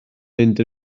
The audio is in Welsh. fynd